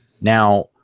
now